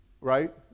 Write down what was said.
right